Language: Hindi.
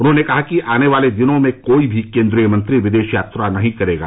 उन्होंने कहा कि आने वाले दिनों में कोई भी केंद्रीय मंत्री विदेश यात्रा नहीं करेगा